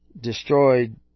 destroyed